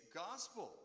gospel